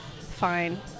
Fine